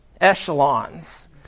echelons